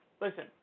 listen